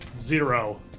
zero